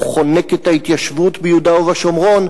הוא חונק את ההתיישבות ביהודה ובשומרון,